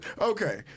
Okay